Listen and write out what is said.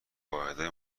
واحدهای